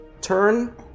turn